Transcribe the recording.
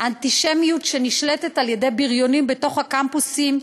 אנטישמיות שנשלטת על-ידי בריונים בתוך הקמפוסים,